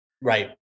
Right